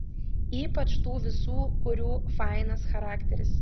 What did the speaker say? ypač tų visų kurių fainas charakteris